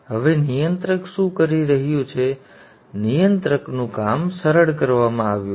હવે નિયંત્રક શું કરી રહ્યું છે નિયંત્રકનું કામ સરળ કરવામાં આવ્યું છે